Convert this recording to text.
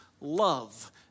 love